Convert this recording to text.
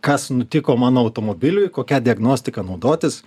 kas nutiko mano automobiliui kokia diagnostika naudotis